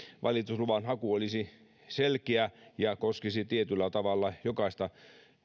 valitusluvan haku olisi selkeä ja koskisi tietyllä tavalla jokaista